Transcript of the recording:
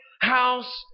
house